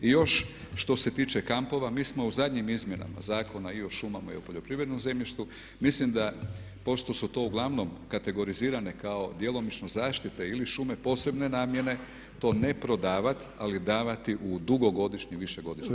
I još što se tiče kampova, mi smo u zadnjim Izmjenama zakona i o šumama i o poljoprivrednom zemljištu, mislim da pošto su to uglavnom kategorizirane kao djelomično zaštite ili šume posebne namjene to ne prodavati ali davati u dugogodišnje, višegodišnje